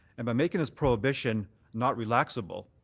and by making this prohibition not relaxable,